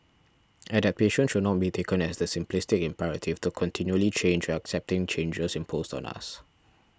adaptation should not be taken as the simplistic imperative to continually change or accepting changes imposed on us